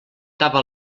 tapa